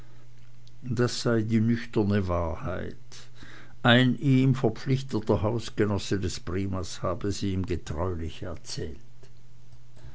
das sei die nüchterne wahrheit ein ihm verpflichteter hausgenosse des primas habe sie ihm getreulich erzählt